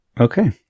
Okay